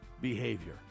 behavior